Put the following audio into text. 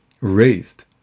raised